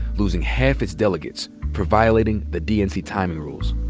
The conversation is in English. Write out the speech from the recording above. losing half its delegates for violating the dnc timing rules.